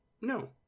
no